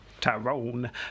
tyrone